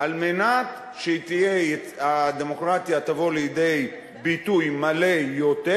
על מנת שהדמוקרטיה תבוא לידי ביטוי מלא יותר,